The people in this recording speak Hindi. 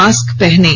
मास्क पहनें